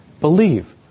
believe